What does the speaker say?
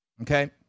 okay